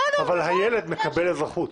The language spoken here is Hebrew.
אבל הילד מקבל אזרחות.